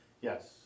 Yes